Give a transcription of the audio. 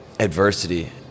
adversity